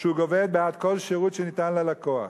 שהוא גובה בעד כל שירות שניתן ללקוח.